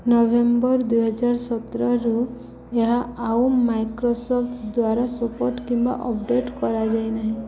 November ଦୁଇହଜାର ସତରରୁ ଏହା ଆଉ ମାଇକ୍ରୋସଫ୍ଟ୍ ଦ୍ୱାରା ସପୋର୍ଟ୍ କିମ୍ବା ଅପଡ଼େଟ୍ କରାଯାଇନାହିଁ